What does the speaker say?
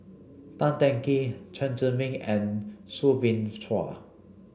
Tan Teng Kee Chen Zhiming and Soo Bin Chua